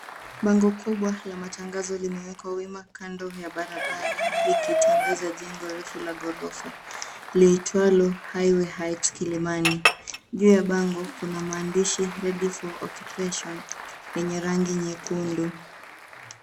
Bango kubwa la matangazo limewekwa wima kando ya barabara likitangaza jengo refu la ghorofa liitwalo highway height Kilimani juu ya bango kuna maandishi ready for occupation enye rangi nyekundu.